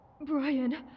Brian